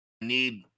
need –